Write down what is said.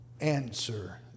answer